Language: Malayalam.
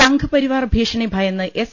സംഘ്പരിവാർ ഭീഷണി ഭയന്ന് എസ്